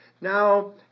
Now